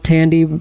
Tandy